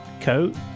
coat